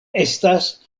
estas